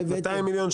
200 מיליון?